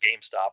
GameStop